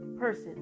person